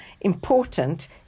important